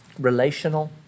Relational